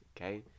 okay